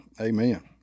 Amen